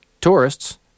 tourists